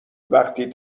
وقتی